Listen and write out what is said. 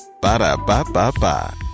Ba-da-ba-ba-ba